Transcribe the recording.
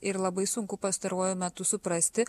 ir labai sunku pastaruoju metu suprasti